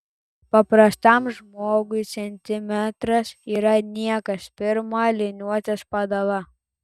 paprastam žmogui centimetras yra niekas pirma liniuotės padala